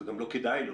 וגם לא כדאי לא,